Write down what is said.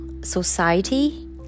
society